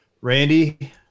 randy